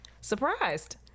surprised